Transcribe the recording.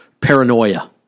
paranoia